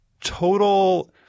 total